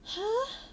!huh!